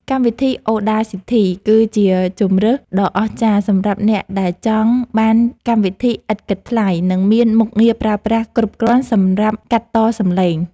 កម្មវិធីអូដាស៊ីធីគឺជាជម្រើសដ៏អស្ចារ្យសម្រាប់អ្នកដែលចង់បានកម្មវិធីឥតគិតថ្លៃ និងមានមុខងារប្រើប្រាស់គ្រប់គ្រាន់សម្រាប់កាត់តសំឡេង។